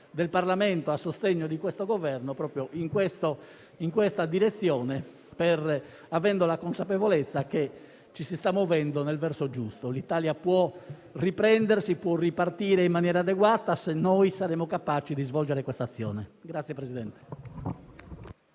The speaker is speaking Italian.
del Parlamento a sostegno del Governo in questa direzione, con la consapevolezza che ci si sta muovendo nel verso giusto. L'Italia può riprendersi e ripartire in maniera adeguata se noi saremo capaci di svolgere quest'azione.